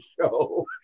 show